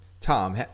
Tom